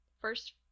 First